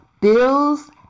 bills